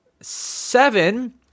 Seven